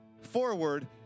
forward